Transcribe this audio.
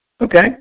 Okay